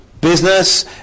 business